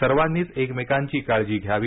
सर्वांनीच एकमेकांची काळजी घ्यावी